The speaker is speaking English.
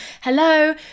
hello